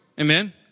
Amen